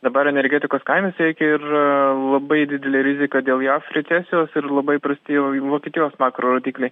dabar energetikos kainas veikia ir labai didelė rizika dėl jav recesijos ir labai prasti jau ir vokietijos makrodikliai